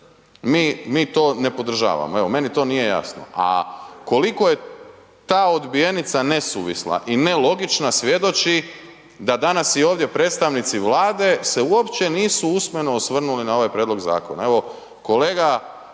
mi to ne podržavamo, evo meni to nije jasno. A koliko je ta odbijenica nesuvisla i nelogična svjedoči da danas i ovdje predstavnici Vlade se uopće nisu usmeno osvrnuli na ovaj prijedlog zakona. Evo kolega